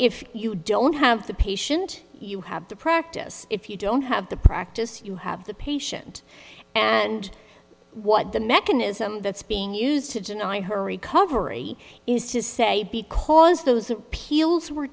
if you don't have the patient you have the practice if you don't have the practice you have the patient and what the mechanism that's being used to deny her recovery is to say because those appeals were